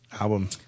album